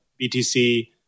BTC